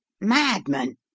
Madman